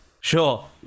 sure